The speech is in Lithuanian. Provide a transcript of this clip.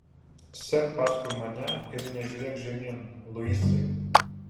sek paskui mane ir nežiūrėk žemyn luisai